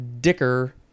dicker